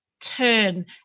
turn